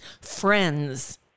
friends